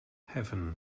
heaven